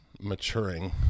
maturing